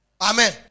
Amen